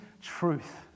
truth